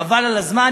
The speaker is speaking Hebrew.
חבל על הזמן,